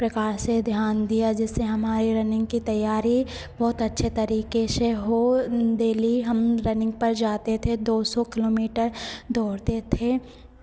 प्रकार से ध्यान दिया जिससे हमारी रनिंग की तैयारी बहुत अच्छे तरीके से हो डेली हम रनिंग पर जाते थे दो सौ किलोमीटर दौड़ते थे